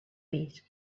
pis